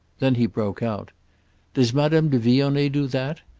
then he broke out does madame de vionnet do that?